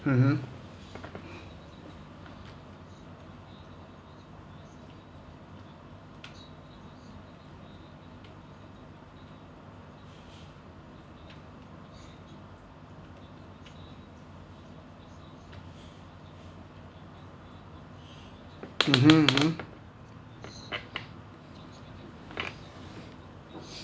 mmhmm mmhmm mmhmm